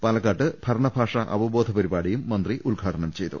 പാലക്കാട്ട് ഭരണഭാഷ അവബോധ പരിപാടിയും മന്ത്രി ഉദ്ഘാ ടനം ചെയ്തു